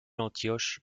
antioche